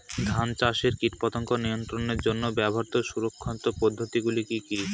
ধান চাষে কীটপতঙ্গ নিয়ন্ত্রণের জন্য ব্যবহৃত সুসংহত পদ্ধতিগুলি কি কি?